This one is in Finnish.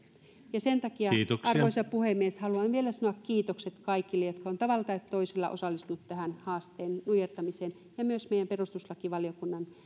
ja sen takia arvoisa puhemies haluan vielä sanoa kiitokset kaikille jotka ovat tavalla tai toisella osallistuneet tähän haasteen nujertamiseen ja myös meidän perustuslakivaliokunnan